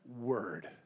word